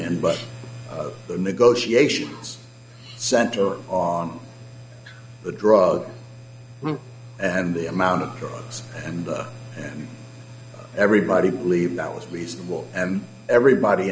in but the negotiations center on the drug and the amount of drugs and everybody believed that was reasonable and everybody